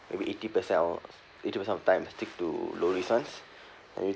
maybe eighty percent or eighty percent of time stick to lowest risk ones maybe